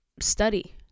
study